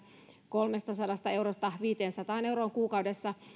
kolmestasadasta eurosta viiteensataan euroon kuukaudessa